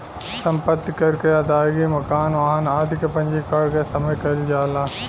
सम्पत्ति कर के अदायगी मकान, वाहन आदि के पंजीकरण के समय कईल जाला